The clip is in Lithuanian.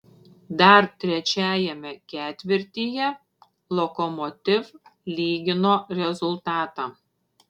dar trečiajame ketvirtyje lokomotiv lygino rezultatą